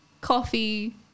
coffee